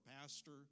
pastor